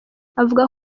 avuga